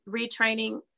retraining